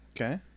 Okay